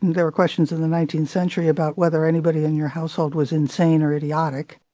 there were questions in the nineteenth century about whether anybody in your household was insane or idiotic